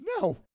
No